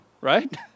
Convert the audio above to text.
right